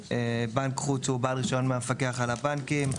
בנק חוץ הוא בעל רישיון מהמפקח על הבנקים.